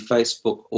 Facebook